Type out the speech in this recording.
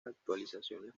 actualizaciones